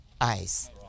eyes